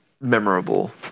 memorable